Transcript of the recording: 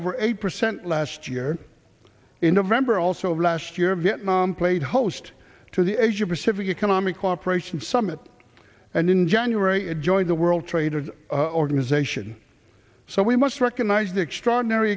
over eight percent last year in november also last year vietnam played host to the asia pacific economic cooperation summit and in january it joined the world trade organization so we must recognize the extraordinary